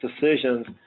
decisions